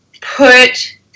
put